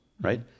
right